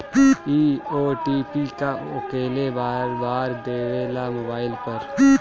इ ओ.टी.पी का होकेला बार बार देवेला मोबाइल पर?